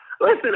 Listen